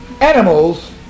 animals